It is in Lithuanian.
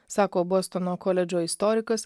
sako bostono koledžo istorikas